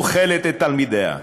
אוכלת את תלמידיה,